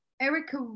Erica